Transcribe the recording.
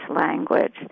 language